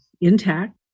intact